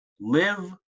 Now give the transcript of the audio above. Live